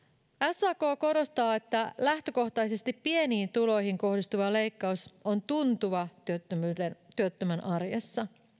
sak korostaa että lähtökohtaisesti pieniin tuloihin kohdistuva leikkaus on tuntuva työttömän arjessa